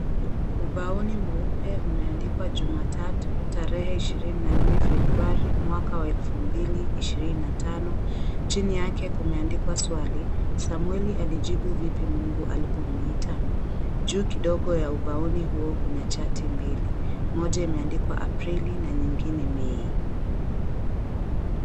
Ubaoni mweupe umeandikwa jumatatu, tarehe 24 Februari mwaka wa 2025. Chini yake kumeandikwa swali, Samweli alijibu aje Mungu alipomuita? Juu kidogo ya ubaoni huo kuna chati mbili, moja imeandikwa Aprili na nyingine May.